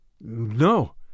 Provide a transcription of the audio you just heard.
No